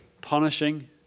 punishing